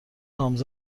نامزد